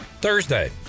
Thursday